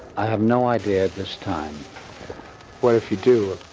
i have no idea this time what if you do?